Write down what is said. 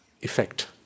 effect